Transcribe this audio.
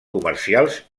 comercials